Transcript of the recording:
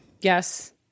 Yes